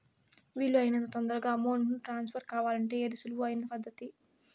వీలు అయినంత తొందరగా అమౌంట్ ను ట్రాన్స్ఫర్ కావాలంటే ఏది సులువు అయిన పద్దతి